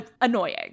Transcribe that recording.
annoying